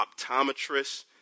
optometrist